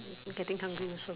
eh getting hungry also